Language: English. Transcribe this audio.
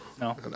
No